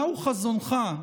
מהו חזונך?